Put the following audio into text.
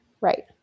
right